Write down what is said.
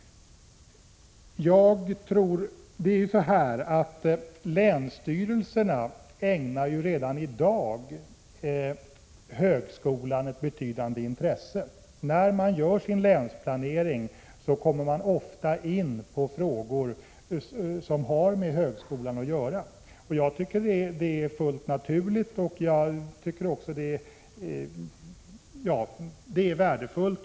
Länsstyrelserna ägnar ju redan i dag högskolan ett betydande intresse. När länsplaneringen görs kommer man ofta in på frågor som har med högskolan att göra. Man skall ha klart för sig att detta är fullt naturligt och värdefullt.